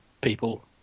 people